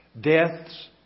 Death's